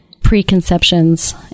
preconceptions